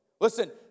Listen